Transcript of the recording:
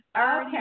Okay